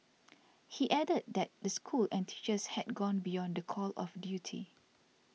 he added that the school and teachers had gone beyond the call of duty